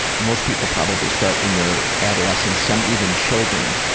most people probably start when they're adolescents, some even children,